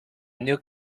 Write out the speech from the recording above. new